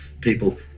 People